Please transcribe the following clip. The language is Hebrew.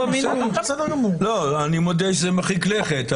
אני מודה שזה מרחיק לכת,